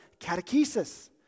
catechesis